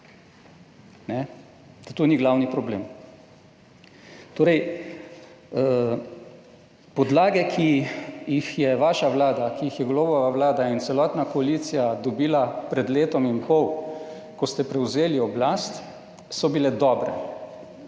to ni glavni problem. Torej, podlage, ki jih je vaša vlada, ki jih je Golobova vlada in celotna koalicija dobila pred letom in pol, ko ste prevzeli oblast, so bile dobre.